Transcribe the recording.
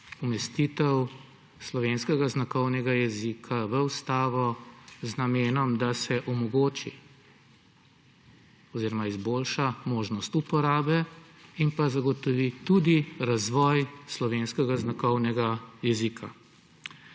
umestitev slovenskega znakovnega jezika v ustavo z namenom, da se omogoči oziroma izboljša možnost uporabe in pa zagotovi tudi razvoj slovenskega znakovnega jezika.